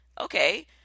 Okay